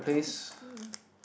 I want to see